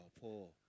poor